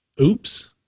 oops